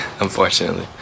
Unfortunately